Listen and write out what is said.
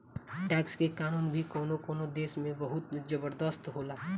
tax के कानून भी कवनो कवनो देश में बहुत जबरदस्त होला